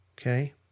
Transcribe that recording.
Okay